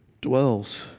dwells